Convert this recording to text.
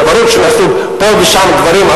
ברור שנעשו פה ושם דברים,